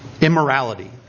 Immorality